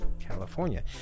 California